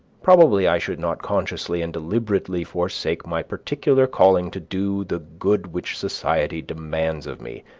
probably i should not consciously and deliberately forsake my particular calling to do the good which society demands of me,